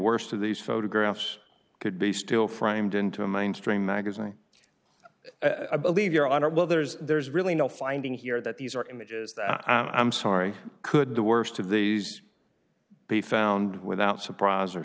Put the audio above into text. worst of these photographs could be still framed into a mindstream magazine i believe your honor well there's there's really no finding here that these are images that i'm sorry could the worst of these be found without surprise or